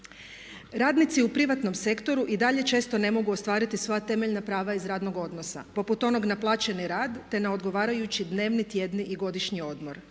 Radnici u privatnom sektoru i dalje često ne mogu ostvariti sva temeljna prava iz radnog odnosa poput onog naplaćeni rad te na odgovarajući dnevni, tjedni i godišnji odmor.